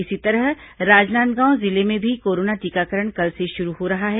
इसी तरह राजनांदगांव जिले में भी कोरोना टीकाकरण कल से शुरू हो रहा है